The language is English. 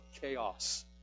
chaos